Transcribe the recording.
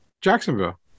Jacksonville